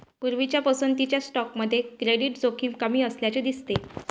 पूर्वीच्या पसंतीच्या स्टॉकमध्ये क्रेडिट जोखीम कमी असल्याचे दिसते